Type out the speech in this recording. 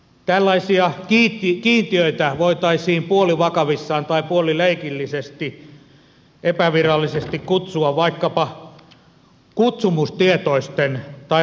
tällaisia kiintiöitä voitaisiin puolivakavissaan tai puolileikillisesti epävirallisesti kutsua vaikkapa kutsumustietoisten tai rupusakkien kiintiöksi